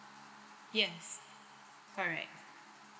yes correct